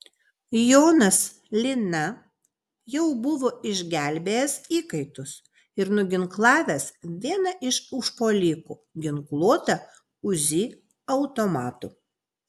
jonas lina jau buvo išgelbėjęs įkaitus ir nuginklavęs vieną iš užpuolikų ginkluotą uzi automatu